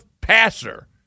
passer